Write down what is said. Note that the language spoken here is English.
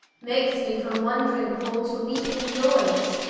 makes me from wondring, fall to weeping ioyes,